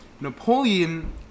Napoleon